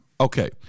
okay